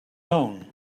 own